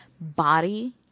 body